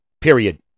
Period